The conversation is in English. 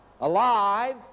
alive